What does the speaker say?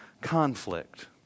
conflict